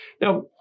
Now